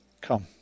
come